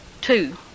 two